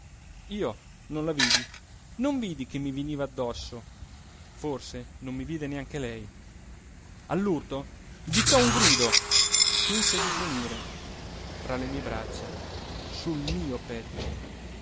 io non la vidi non vidi che mi veniva addosso forse non mi vide neanche lei all'urto gittò un grido finse di svenire tra le mie braccia sul mio petto